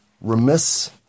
remiss